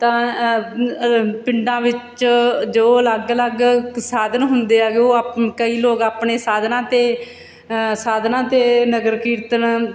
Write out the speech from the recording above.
ਤਾਂ ਪਿੰਡਾਂ ਵਿੱਚ ਜੋ ਅਲੱਗ ਅਲੱਗ ਸਾਧਨ ਹੁੰਦੇ ਆਗੇ ਉਹ ਆਪ ਕਈ ਲੋਕ ਆਪਣੇ ਸਾਧਨਾਂ 'ਤੇ ਸਾਧਨਾਂ 'ਤੇ ਨਗਰ ਕੀਰਤਨ